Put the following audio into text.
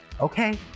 okay